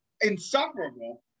insufferable